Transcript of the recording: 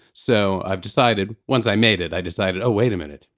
so i've decided, once i made it, i decided oh, wait a minute.